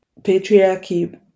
patriarchy